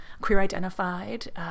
queer-identified